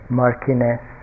murkiness